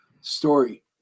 story